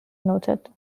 noted